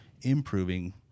improving